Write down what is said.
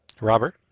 Robert